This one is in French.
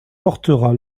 portera